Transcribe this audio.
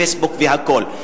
"פייסבוק" והכול,